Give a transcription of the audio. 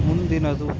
ಮುಂದಿನದು